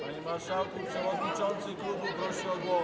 Panie marszałku, przewodniczący klubu prosi o głos.